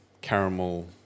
caramel